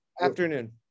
Afternoon